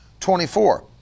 24